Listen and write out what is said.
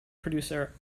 producer